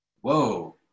Whoa